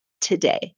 today